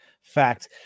fact